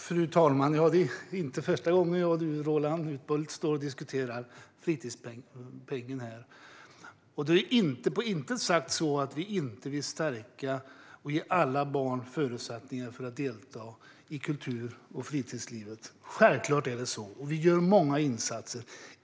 Fru talman! Det är inte första gången jag och Roland Utbult diskuterar fritidspengen här. Det är inte sagt att vi inte vill stärka och ge alla barn förutsättningar att delta i kultur och fritidslivet. Självklart vill vi det, och vi gör många insatser.